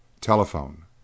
Telephone